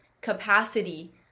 capacity